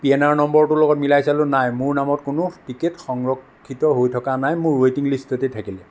P N R নম্বৰটোৰ লগত মিলাই চালোঁ নাই মোৰ নামত কোনো টিকট সংৰক্ষিত হৈ থকা নাই মোৰ ৱেইটিং লিষ্টতেই থাকিল